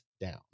down